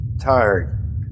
tired